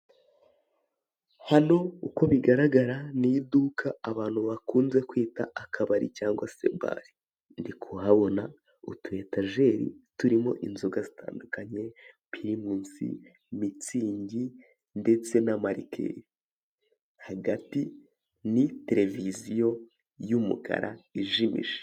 Hano uko bigaragara ni iduka abantu bakunze kwita akabari cyangwa se bare, ndikuhabona utu etajeri turimo inzoga zitandukanye pirimusi, mitsingi ndetse na marike hagati ni televiziyo y'umukara ijimije.